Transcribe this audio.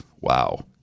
Wow